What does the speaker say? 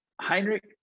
Heinrich